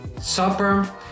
supper